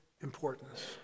importance